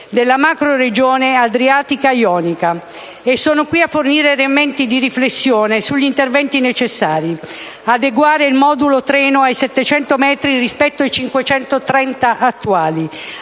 della macroregione adriatico-ionica. Sono qui a fornire elementi di riflessione sugli interventi necessari: adeguare il modulo treno ai 700 metri rispetto ai 530 attuali